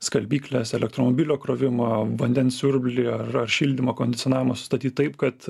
skalbykles elektromobilio krovimą vandens siurblį ar ar šildymą kondicionavimą sustatyt taip kad